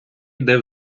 йде